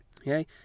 okay